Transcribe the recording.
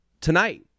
tonight